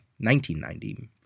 1990